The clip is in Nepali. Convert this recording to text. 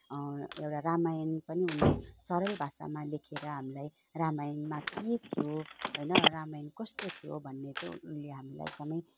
एउटा रामायण पनि उनले सरल भाषामा लेखेर हामीलाई रामायणमा के थियो होइन रामायण कस्तो थियो भन्ने चाहिँ उनले हामीलाई एकदमै